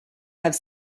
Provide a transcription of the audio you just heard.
have